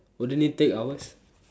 wouldn't it take hours